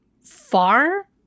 far